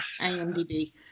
IMDb